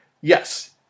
Yes